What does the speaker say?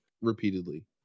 repeatedly